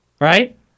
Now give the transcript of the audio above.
right